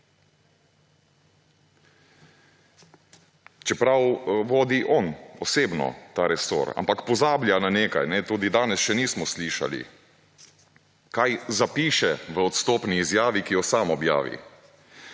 čeprav vodi on osebno ta resor. Ampak pozablja na nekaj. Tudi danes še nismo slišali, kaj zapiše v odstopni izjavi, ki jo sam objavi: